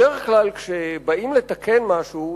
בדרך כלל כשבאים לתקן משהו,